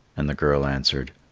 and the girl answered,